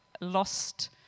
lost